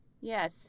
Yes